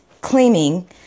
claiming